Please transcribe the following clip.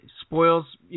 spoils